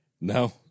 No